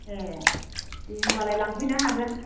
ए दे होमबालाय लांफैनो हागोन